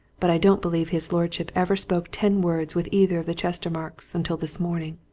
but i don't believe his lordship ever spoke ten words with either of the chestermarkes until this morning.